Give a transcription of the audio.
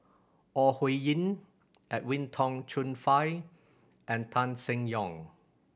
Ore Huiying Edwin Tong Chun Fai and Tan Seng Yong